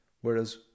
Whereas